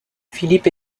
philippe